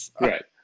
Right